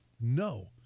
no